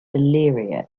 valeria